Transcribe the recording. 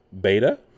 beta